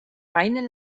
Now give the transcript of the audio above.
reine